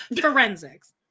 Forensics